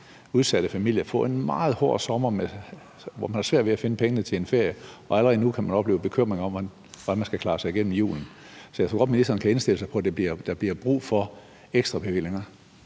udsatte familier få en meget hård sommer, hvor man har svært ved at finde pengene til en ferie, og man allerede nu kan opleve bekymringer om, hvordan man skal klare sig igennem julen. Så jeg tror godt, ministeren kan indstille sig på, at der bliver brug for ekstrabevillinger.